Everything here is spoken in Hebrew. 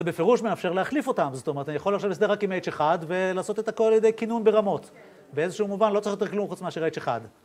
ובפירוש מאפשר להחליף אותם, זאת אומרת אני יכול עכשיו לסדר רק עם ה-H1 ולעשות את הכל על ידי כינון ברמות באיזשהו מובן, לא צריך יותר כלום חוץ מאשר ה-H1